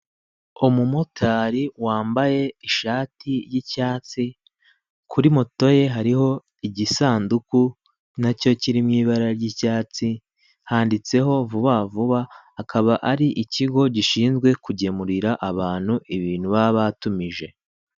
Umumotari wambaye ishati y'icyatsi kuri moto ye hariho igisanduku na cyo kiri mu ibara ry'icyatsi, handitseho vuba vuba akaba ari ikigo gishinzwe kugemurira abantu ibintu baba batumije.